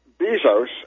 Bezos